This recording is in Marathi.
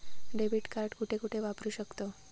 डेबिट कार्ड कुठे कुठे वापरू शकतव?